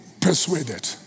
persuaded